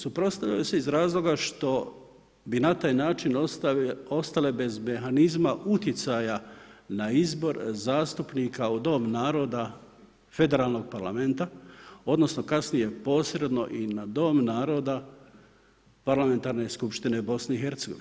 Suprotstavljaju se iz razloga što bi na taj način ostale bez mehanizma uticaja na izbor zastupnika u Dom naroda federalnog Parlamenta, odnosno kasnije posredno i na Dom naroda parlamentarne skupštine BiH.